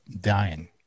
dying